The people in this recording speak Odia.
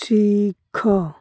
ଶିଖ